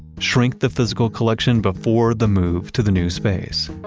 shrink the physical collection before the move to the new space